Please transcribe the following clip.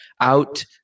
out